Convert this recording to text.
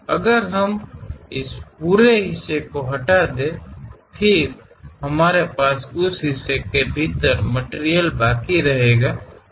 अगर हम इस पूरे हिस्से को हटा दें फिर हमारे पास उस हिस्से के भीतर मटिरियल बाकी रहेगा